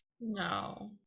No